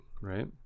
right